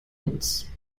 uns